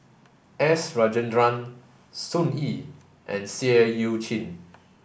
S Rajendran Sun Yee and Seah Eu Chin